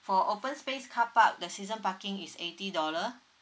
for open space car park the season parking is eighty dollar